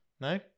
No